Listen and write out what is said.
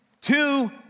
Two